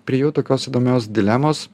priėjau tokios įdomios dilemos